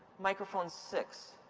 microphone six.